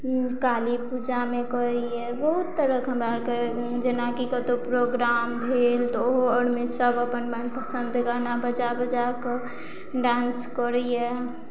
काली पूजामे करैयि बहुत तरहक हमरा आरके जेनाकि कतौ प्रोग्राम भेल तऽ ओहो इरमे सब अपन मन पसन्द गाना बजा बजा कऽ डांस करैये